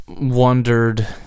wondered